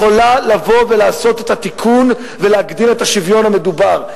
יכולה לבוא ולעשות את התיקון ולהגדיר את השוויון המדובר.